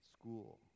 School